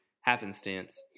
happenstance